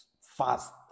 fast